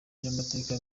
y’amateka